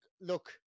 Look